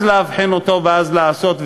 אז לאבחן אותו ואז לעשות,